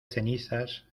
cenizas